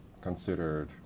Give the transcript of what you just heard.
considered